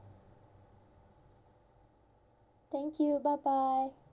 thank you bye bye